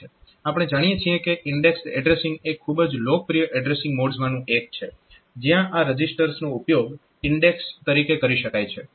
આપણે જાણીએ છીએ કે ઈન્ડેક્સડ એડ્રેસીંગ એ ખૂબ જ લોકપ્રિય એડ્રેસીંગ મોડ્સમાંનું એક છે જ્યાં આ રજીસ્ટર્સનો ઉપયોગ ઇન્ડેક્સ તરીકે કરી શકાય છે